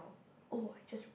oh I just